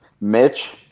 Mitch